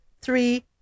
three